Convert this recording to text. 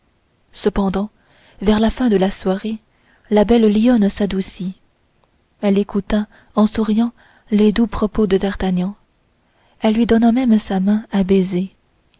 cependant vers la fin de la soirée la belle lionne s'adoucit elle écouta en souriant les doux propos de d'artagnan elle lui donna même sa main à baiser